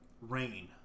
Rain